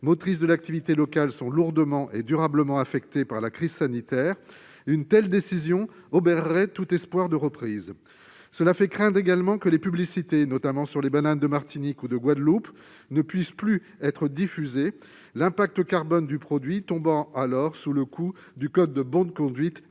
motrices de l'activité locale, sont lourdement et durablement affectées par la crise sanitaire, une telle décision obérerait tout espoir de reprise. Cela fait craindre également que les publicités pour les bananes de Martinique ou de Guadeloupe ne puissent plus être diffusées, l'impact carbone du produit tombant sous le coup du code de bonne conduite défini